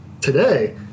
today